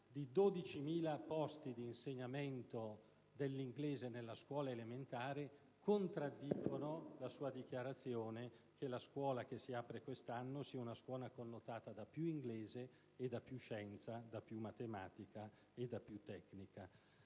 di 12.000 posti per l'insegnamento dell'inglese nella scuola elementare contraddice la sua dichiarazione che la scuola che si apre quest'anno sia connotata da più inglese e da più scienza, da più matematica e da più tecnica.